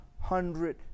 hundred